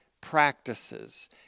practices